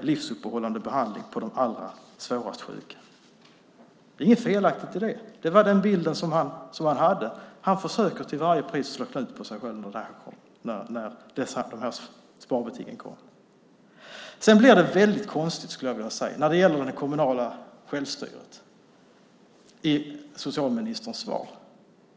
livsuppehållande behandling av de allra svårast sjuka. Det är inget felaktigt i det, utan det var den bild som han hade. Han försöker till varje pris slå knut på sig själv sedan sparbetinget kom. Sedan blir det väldigt konstigt i socialministerns svar när det gäller det kommunala självstyret.